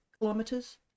kilometers